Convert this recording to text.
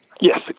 Yes